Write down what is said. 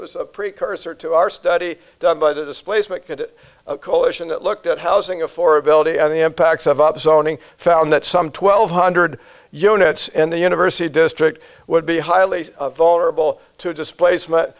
was a precursor to our study done by the displacement good coalition looked at housing affordability and the impacts of up zoning found that some twelve hundred units and the university district would be highly vulnerable to displacement